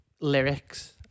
lyrics